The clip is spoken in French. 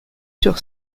sur